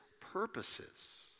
purposes